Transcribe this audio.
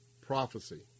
prophecy